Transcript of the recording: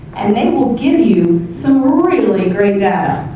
and they will give you some really great